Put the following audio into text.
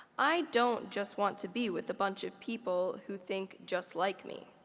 i don't just want to be with a bunch of people who think just like me.